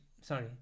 Sorry